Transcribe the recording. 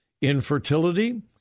infertility